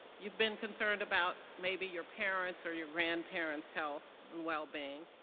you've been concerned about maybe your parents or your grandparents health and well-being,